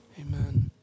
Amen